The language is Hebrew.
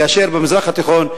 כאשר במזרח התיכון,